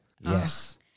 Yes